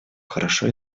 хорошо